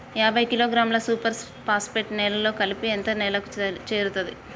యాభై కిలోగ్రాముల superphosphate నేలలో కలిపితే ఎంత నేలకు చేరుతది?